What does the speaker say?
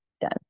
done